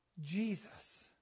Jesus